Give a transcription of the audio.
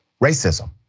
racism